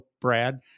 Brad